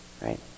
right